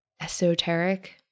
esoteric